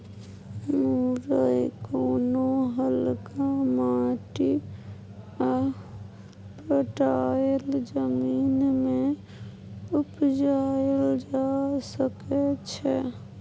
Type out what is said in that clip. मुरय कोनो हल्का माटि आ पटाएल जमीन मे उपजाएल जा सकै छै